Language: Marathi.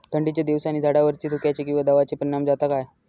थंडीच्या दिवसानी झाडावरती धुक्याचे किंवा दवाचो परिणाम जाता काय?